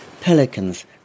pelicans